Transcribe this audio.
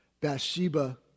Bathsheba